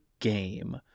game